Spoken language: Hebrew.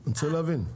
אני רוצה להבין.